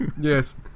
yes